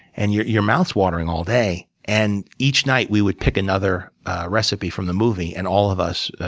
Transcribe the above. and your your mouth's watering all day. and each night, we would pick another recipe from the movie, and all of us,